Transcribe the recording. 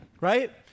right